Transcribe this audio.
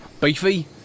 beefy